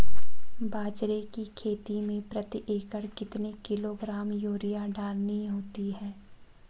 बाजरे की खेती में प्रति एकड़ कितने किलोग्राम यूरिया डालनी होती है?